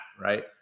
right